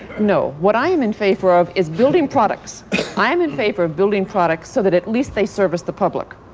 no. what i am in favor of is building products i am in favor of building products so that at least they service the public.